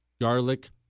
Garlic